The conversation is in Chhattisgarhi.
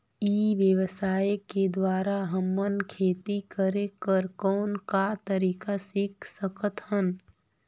ई व्यवसाय के द्वारा हमन खेती करे कर कौन का तरीका सीख सकत हन?